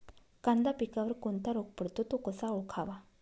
कांदा पिकावर कोणता रोग पडतो? तो कसा ओळखावा?